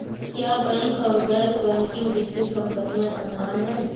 क्या बैंक और गैर बैंकिंग वित्तीय कंपनियां समान हैं?